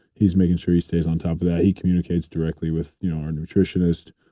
he's making sure he stays on top of that. he communicates directly with you know our nutritionist.